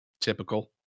typical